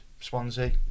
Swansea